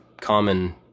common